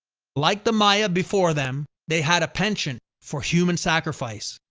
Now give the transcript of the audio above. like the maya before them, they had a penchant for human sacrifice.